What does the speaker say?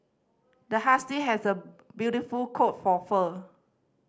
the husky has a beautiful coat for fur